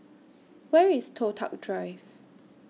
Where IS Toh Tuck Drive